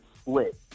split